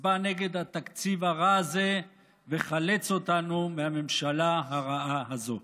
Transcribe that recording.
הצבע נגד התקציב הרע הזה וחלץ אותנו מהממשלה הרעה הזו.